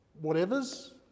whatever's